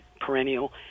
perennial